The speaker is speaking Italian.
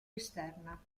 esterna